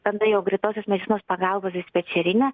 tada jau greitosios medicinos pagalbos dispečerine